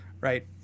right